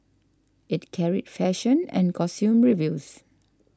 it carried fashion and costume reviews